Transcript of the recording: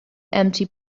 empty